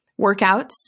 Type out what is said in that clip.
workouts